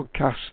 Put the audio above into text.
podcasts